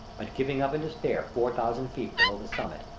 but giving up in despair four thousand feet below the summit.